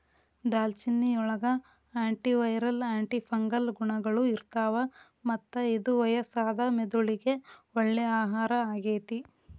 ದಾಲ್ಚಿನ್ನಿಯೊಳಗ antiviral, antifungal ಗುಣಗಳು ಇರ್ತಾವ, ಮತ್ತ ಇದು ವಯಸ್ಸಾದ ಮೆದುಳಿಗೆ ಒಳ್ಳೆ ಆಹಾರ ಆಗೇತಿ